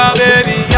baby